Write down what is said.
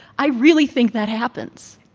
i really think that happens